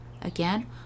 Again